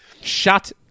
shut